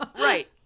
Right